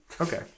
okay